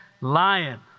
lion